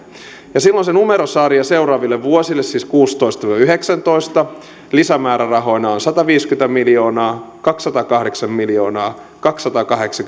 ja silloin se numerosarja seuraaville vuosille siis kaksituhattakuusitoista viiva yhdeksäntoista lisämäärärahoina on on sataviisikymmentä miljoonaa kaksisataakahdeksan miljoonaa